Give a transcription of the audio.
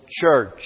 church